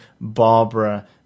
barbara